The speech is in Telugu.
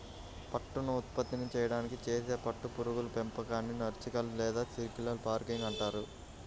పట్టును ఉత్పత్తి చేయడానికి చేసే పట్టు పురుగుల పెంపకాన్ని సెరికల్చర్ లేదా సిల్క్ ఫార్మింగ్ అంటారు